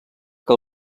que